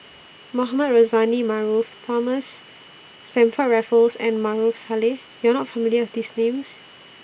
Mohamed Rozani Maarof Thomas Stamford Raffles and Maarof Salleh YOU Are not familiar with These Names